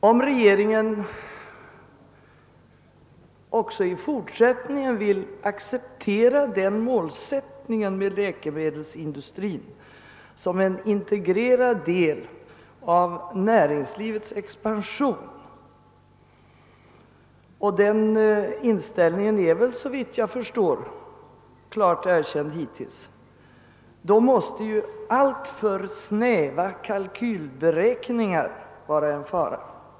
Om regeringen också i fortsättningen vill acceptera läkemedelsindustrins målsättning att utgöra en integrerad del av näringslivet och delta i dess expansion — den inställningen har såvitt jag förstår klart erkänts hittills — måste ju alltför snäva kalkyler vara en fara.